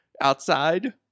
outside